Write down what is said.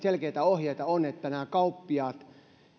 selkeitä ohjeita on ja nämä kauppiaat